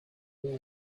who